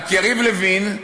רק יריב לוין,